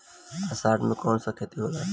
अषाढ़ मे कौन सा खेती होला?